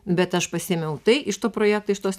bet aš pasiėmiau tai iš to projekto iš tos